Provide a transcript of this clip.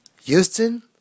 Houston